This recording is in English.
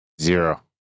Zero